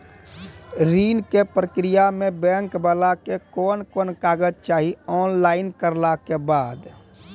ऋण के प्रक्रिया मे बैंक वाला के कुन कुन कागज चाही, ऑनलाइन करला के बाद?